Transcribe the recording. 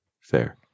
fair